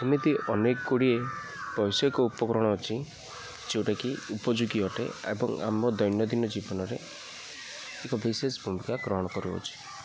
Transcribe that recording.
ଏମିତି ଅନେକ ଗୁଡ଼ିଏ ବୈଷୟିକ ଉପକରଣ ଅଛି ଯେଉଁଟାକି ଉପଯୋଗୀ ଅଟେ ଏବଂ ଆମ ଦୈନନ୍ଦିନ ଜୀବନରେ ଏକ ବିଶେଷ ଭୂମିକା ଗ୍ରହଣ କରୁଅଛି